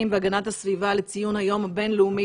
והגנת הסביבה לציון היום הבינלאומי